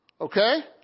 Okay